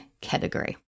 category